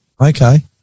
Okay